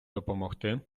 допомогти